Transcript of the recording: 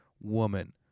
woman